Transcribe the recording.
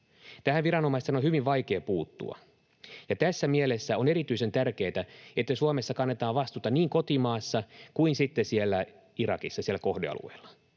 Tähän viranomaisten on hyvin vaikea puuttua. Tässä mielessä on erityisen tärkeätä, että Suomessa kannetaan vastuuta niin kotimaassa kuin sitten siellä Irakissa, siellä kohdealueella.